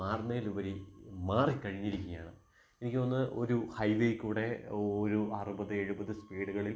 മാറുന്നതിലുപരി മാറി കഴിഞ്ഞിരിക്കുകയാണ് എനിക്ക് തോന്നുന്നത് ഒരു ഹൈവെ കൂടെ ഒരു അറുപത് എഴുപത് സ്പീഡുകളിൽ